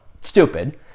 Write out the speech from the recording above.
stupid